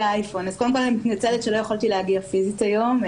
אני מתנצלת שלא יכולתי להגיע פיזית היום.